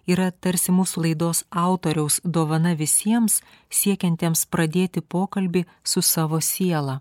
yra tarsi mūsų laidos autoriaus dovana visiems siekiantiems pradėti pokalbį su savo siela